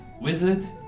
wizard